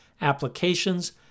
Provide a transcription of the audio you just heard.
applications